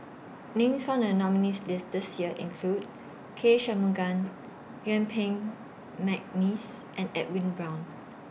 Names found in The nominees' list This Year include K Shanmugam Yuen Peng Mcneice and Edwin Brown